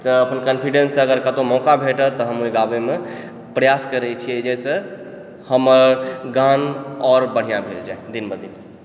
तऽ अपन कॉन्फिडेंस अगर कतौ मौका भेटत तऽ हम ओहि गाबैमे प्रयास करै छियै जइसँ हमर गान आओर बढ़िआँ भेल जए दिन बऽ दिन